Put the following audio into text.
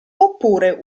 oppure